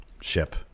Ship